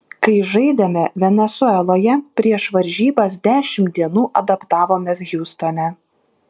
kai žaidėme venesueloje prieš varžybas dešimt dienų adaptavomės hjustone